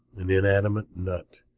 an inanimate nut.